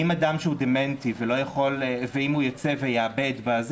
אם אדם שהוא דמנטי ואם הוא יוצא הוא עלול ללכת לאיבוד,